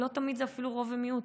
לא תמיד זה רוב ומיעוט,